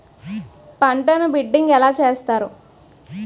పంటను బిడ్డింగ్ ఎలా చేస్తారు?